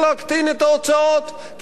כי מה אתם רוצים,